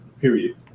period